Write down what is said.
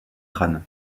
crâne